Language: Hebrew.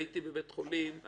הייתי בבית חולים,